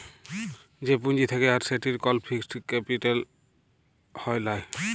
যে পুঁজি থাক্যে আর সেটির কল ফিক্সড ক্যাপিটা হ্যয় লায়